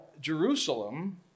Jerusalem